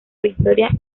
victoria